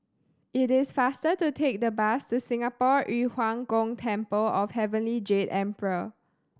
it is faster to take the bus to Singapore Yu Huang Gong Temple of Heavenly Jade Emperor